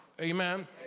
Amen